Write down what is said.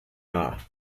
are